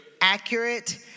accurate